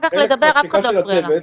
חלק מהשחיקה של הצוות,